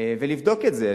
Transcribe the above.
ולבדוק את זה.